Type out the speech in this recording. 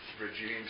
regimes